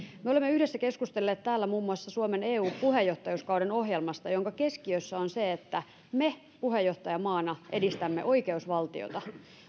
me olemme yhdessä keskustelleet täällä muun muassa suomen eu puheenjohtajuuskauden ohjelmasta jonka keskiössä on se että me puheenjohtajamaana edistämme oikeusvaltiota